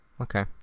Okay